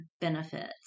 benefits